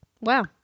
Wow